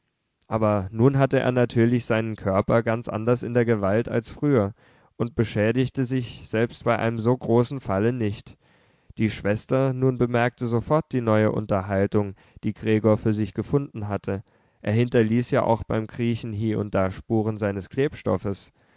aber nun hatte er natürlich seinen körper ganz anders in der gewalt als früher und beschädigte sich selbst bei einem so großen falle nicht die schwester nun bemerkte sofort die neue unterhaltung die gregor für sich gefunden hatte er hinterließ ja auch beim kriechen hie und da spuren seines klebstoffes